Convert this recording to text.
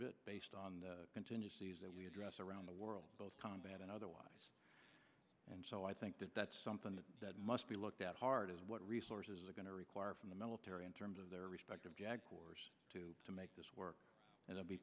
bit based on the contingencies that we address around the world both combat and otherwise and so i think that that's something that must be looked at hard as what resources are going to require from the military in terms of their respective to to make this work and